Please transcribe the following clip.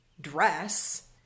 dress